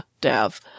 Dav